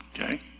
Okay